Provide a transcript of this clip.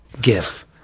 GIF